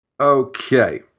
Okay